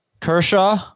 Kershaw